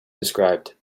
described